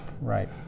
Right